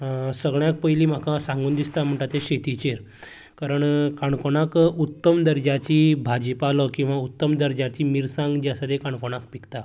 सगळ्यांत पयलीं म्हाका सांगन दिसता म्हणटा तें शेतीचेर कारण काणकोणांत उत्तम दर्ज्याची भाजी पालो किंवां उत्तम दर्जाची मिरसांग जी आसा ती काणकोणांत पिकता